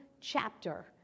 chapter